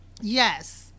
yes